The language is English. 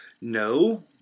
No